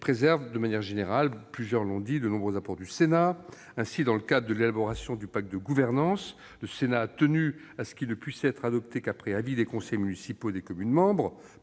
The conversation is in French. commission mixte paritaire préserve de nombreux apports du Sénat. Ainsi, dans le cadre de l'élaboration du pacte de gouvernance, le Sénat a tenu à ce qu'il ne puisse être adopté qu'après avis des conseils municipaux des communes membres.